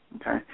okay